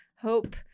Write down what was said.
Hope